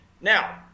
Now